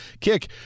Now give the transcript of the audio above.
kick